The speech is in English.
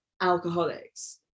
alcoholics